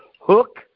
hook